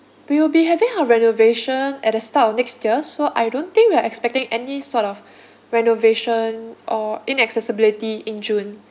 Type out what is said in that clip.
we will be having our renovation at the start of next year so I don't think we are expecting any sort of renovation or inaccessibility in june